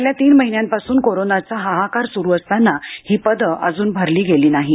गेल्या तीन महिन्यांपासून करोनाचा हाहाकार सुरू असताना ही पदं अजून भरली गेली नाहीत